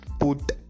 put